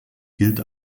gilt